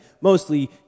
mostly